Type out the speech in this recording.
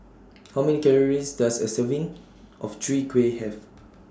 How Many Calories Does A Serving of Chwee Kueh Have